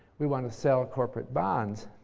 we want to sell corporate bonds.